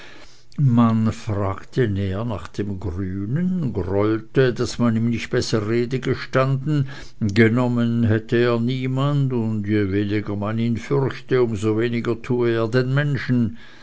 man fragte näher nach dem grünen grollte daß man ihm nicht besser rede gestanden genommen hätte er niemand und je weniger man ihn fürchte um so weniger tue er den menschen